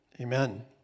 Amen